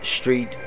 Street